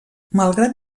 malgrat